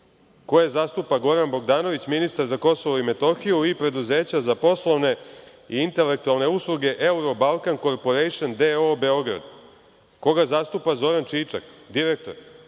koje zastupa Goran Bogdanović, ministar za Kosovo i Metohiju, i Preduzeća za poslovne i intelektualne usluge „Euro Balkan Corporation“ d.o.o Beograd, koga zastupa Zoran Čičak, direktor.